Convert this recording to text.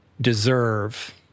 deserve